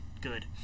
good